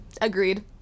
agreed